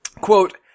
quote